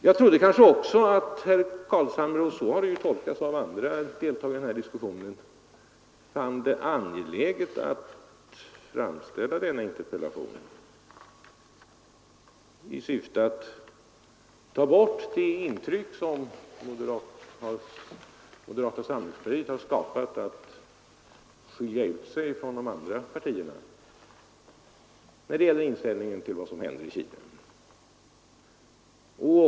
Jag trodde kanske också att herr Carlshamre — och så har det tolkats av andra deltagare i den här diskussionen — fann det angeläget att framställa denna interpellation i syfte att ta bort det intryck som moderata samlingspartiet har skapat av att det vill skilja ut sig från de andra partierna när det gäller inställningen till vad som händer i Chile.